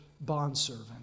bondservant